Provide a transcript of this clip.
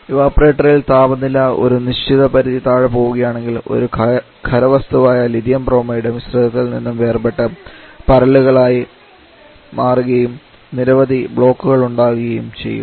ഇവപൊറേറ്റിൽ താപനില ഒരു നിശ്ചിത പരിധി താഴെ പോവുകയാണെങ്കിൽ ഒരു ഖര വസ്തുവായ ലിഥിയം ബ്രോമൈഡ് മിശ്രിതത്തിൽ നിന്നും വേർപെട്ട് പരലുകളായി മാറുകയും നിരവധി ബ്ലോക്കുകൾ ഉണ്ടാക്കുകയും ചെയ്യും